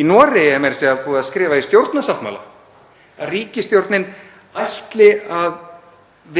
Í Noregi er meira að segja búið að skrifa í stjórnarsáttmála að ríkisstjórnin ætli að